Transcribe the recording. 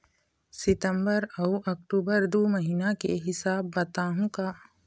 सितंबर अऊ अक्टूबर दू महीना के हिसाब बताहुं का?